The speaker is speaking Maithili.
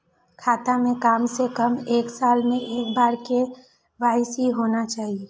खाता में काम से कम एक साल में एक बार के.वाई.सी होना चाहि?